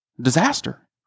Disaster